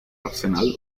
arsenal